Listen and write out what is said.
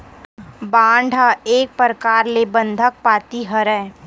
bond ह एक परकार ले बंधक पाती हरय